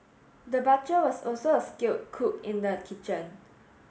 the was also a skilled cook in the kitchen